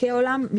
משחקי עולם,